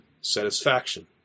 satisfaction